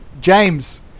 James